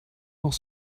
noch